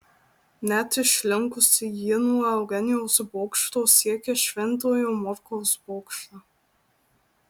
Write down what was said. net išlinkusi ji nuo eugenijaus bokšto siekia šventojo morkaus bokštą